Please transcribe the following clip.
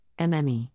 MME